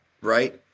right